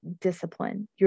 discipline